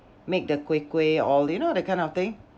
make the kuih kuih all you know that kind of thing